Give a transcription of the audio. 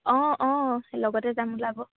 অঁ অঁ লগতে যাম ওলাব